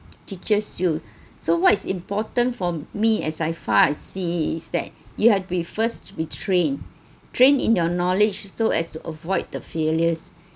teaches you so what is important for me as I far I see is that you had be first be trained train in your knowledge so as to avoid the failures